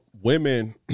women